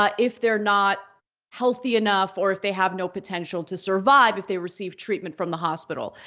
ah if they're not healthy enough or if they have no potential to survive if they receive treatment from the hospital.